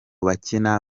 bakina